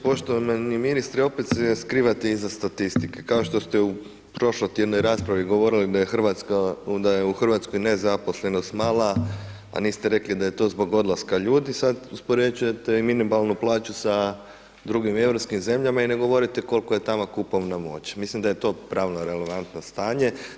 Poštovani ministre, opet se skrivate iza statistike, kao što ste u prošlotjednoj raspravi govorili da je u Hrvatskoj nezaposlenost mala, a niste rekli da je to zbog odlaska ljudi, sada uspoređujete i minimalnu plaću sa drugim europskim zemljama i ne govorite kolika je tamo kupovna moć, mislim da je to pravno relevantno stanje.